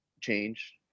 change